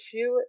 issue